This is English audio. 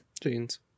Jeans